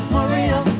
Maria